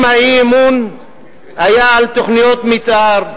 אם האי-אמון היה על תוכניות מיתאר,